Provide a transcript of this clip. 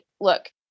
look